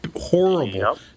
horrible